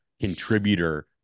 contributor